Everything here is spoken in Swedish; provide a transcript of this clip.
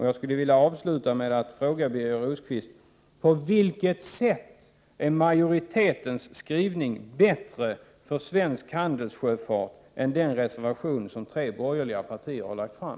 Jag vill avsluta med att ställa en fråga till Birger Rosqvist: På vilket sätt är majoritetens skrivning bättre för svensk handelssjöfart än skrivningen i den reservation som tre borgerliga partier har avgett?